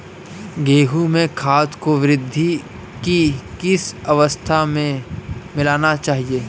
गेहूँ में खाद को वृद्धि की किस अवस्था में मिलाना चाहिए?